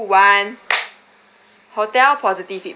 hotel positive feedback